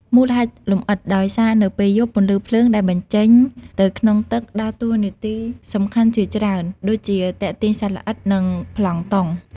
មូលហេតុលម្អិត ដោយសារនៅពេលយប់ ពន្លឺភ្លើង ដែលបញ្ចេញទៅក្នុងទឹកដើរតួនាទីសំខាន់ជាច្រើនដូចជា ទាក់ទាញសត្វល្អិត និងប្លង់តុង។